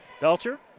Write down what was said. Belcher